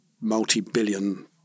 multi-billion